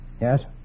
Yes